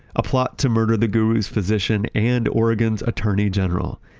a plot to murder the gurus physician and oregon's attorney general,